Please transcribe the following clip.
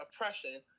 oppression